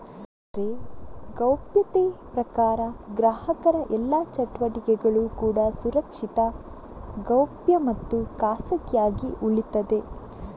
ಅಂದ್ರೆ ಗೌಪ್ಯತೆ ಪ್ರಕಾರ ಗ್ರಾಹಕರ ಎಲ್ಲಾ ಚಟುವಟಿಕೆಗಳು ಕೂಡಾ ಸುರಕ್ಷಿತ, ಗೌಪ್ಯ ಮತ್ತು ಖಾಸಗಿಯಾಗಿ ಉಳೀತದೆ